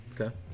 Okay